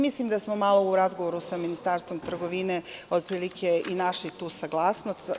Mislim da smo malo u razgovoru sa Ministarstvom trgovine i našli tu saglasnost.